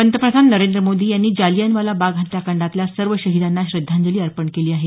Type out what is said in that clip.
पंतप्रधान नरेंद्र मोदी यांनी जालियनवाला बाग हत्याकांडातल्या सर्व शहीदांना श्रद्धांजली अपंण केली आहे